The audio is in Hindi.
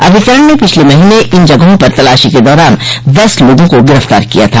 अभिकरण ने पिछले महीने इन जगहों पर तलाशी के दौरान दस लोगों को गिरफ्तार किया था